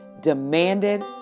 demanded